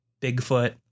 Bigfoot